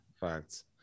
Facts